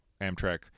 Amtrak